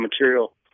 material